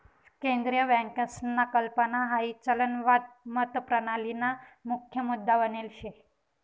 केंद्रीय बँकसना कल्पना हाई चलनवाद मतप्रणालीना मुख्य मुद्दा बनेल शे